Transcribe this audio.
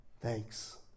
thanks